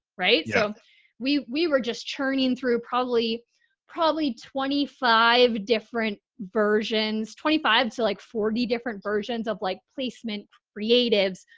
right. so we we were just churning through probably probably twenty five different versions, twenty five to like forty different versions of like placement creatives,